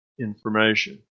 information